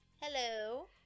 Hello